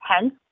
Hence